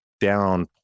down